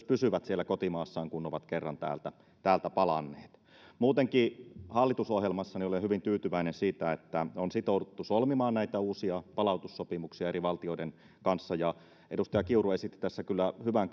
pysyvät siellä kotimaassaan kun ovat kerran täältä täältä palanneet muutenkin hallitusohjelmassa olen hyvin tyytyväinen siitä että on sitouduttu solmimaan näitä uusia palautussopimuksia eri valtioiden kanssa edustaja kiuru esitti tässä kyllä hyvän